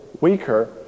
weaker